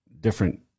different